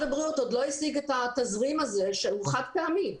הבריאות עוד לא השיג את התזרים הזה שהוא חד פעמי.